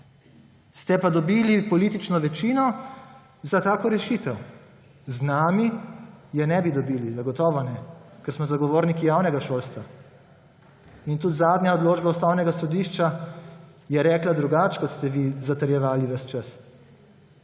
Ste pa dobili politično večino za tako rešitev. Z nami je ne bi dobili, zagotovo ne, ker smo zagovorniki javnega šolstva. In tudi zadnja odločba Ustavnega sodišča je rekla drugače, kot ste vi zatrjevali ves čas.